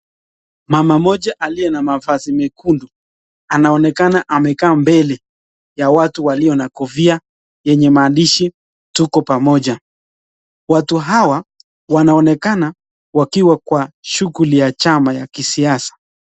Mama moja aliye na mavazi nyekundu, anaonekana amekaa mbele ya watu walio na kofia yenye maandishi 'tuko pamoja'. Watu hawa wanaonekana wakiwa kwa shughuli ya chama ya kisiasa.